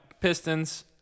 Pistons